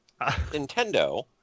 Nintendo